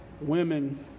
women